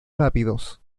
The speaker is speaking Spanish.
rápidos